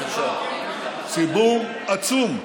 ציבור עצום,